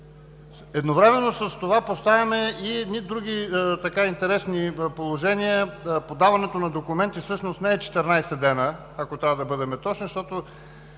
Едновременно с това поставяме и едни други така интересни положения – подаването на документи всъщност не е 14 дни, ако трябва да бъдем точни,